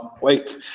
wait